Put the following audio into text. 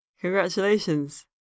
Congratulations